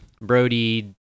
Brody